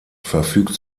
verfügt